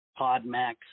PodMax